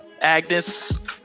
agnes